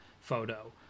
photo